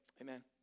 amen